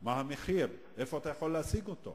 מה המחיר, איפה אתה יכול להשיג אותו.